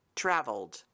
traveled